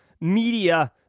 media